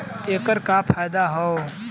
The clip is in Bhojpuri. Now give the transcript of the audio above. ऐकर का फायदा हव?